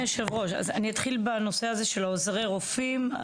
אני אתחיל בנושא הזה של עוזרי רופאים.